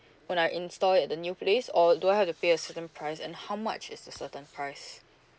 when I install it at the new place or do I have to pay a certain price and how much is the certain price